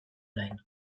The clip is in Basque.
lain